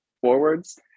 forwards